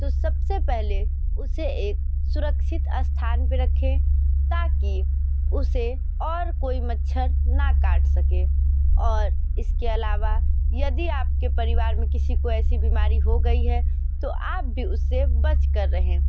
तो सबसे पहले उसे एक सुरक्षित स्थान पे रखें ताकि उसे और कोई मच्छर ना काट सके और इसके अलावा यदि आपके परिवार में किसी को ऐसी बीमारी हो गई है तो आप भी उससे बच कर रहें